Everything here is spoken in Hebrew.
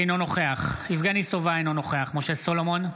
אינו נוכח יבגני סובה, אינו נוכח משה סולומון,